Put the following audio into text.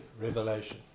Revelation